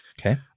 Okay